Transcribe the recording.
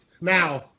Now